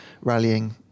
rallying